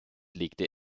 legte